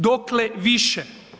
Dokle više?